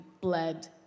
bled